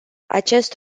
acest